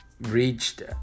reached